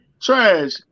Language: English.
trash